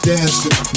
Dancing